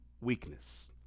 weakness